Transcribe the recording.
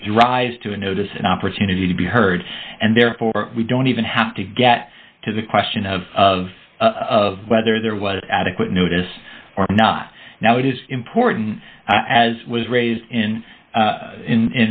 gives rise to a notice an opportunity to be heard and therefore we don't even have to get to the question of of of whether there was adequate notice or not now it is important as was raised in